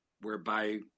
whereby